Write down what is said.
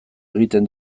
egiten